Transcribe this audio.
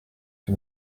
que